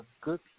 good